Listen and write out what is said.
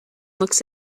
looks